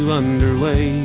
underway